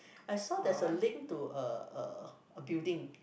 I saw there's a link to a a a building